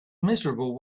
miserable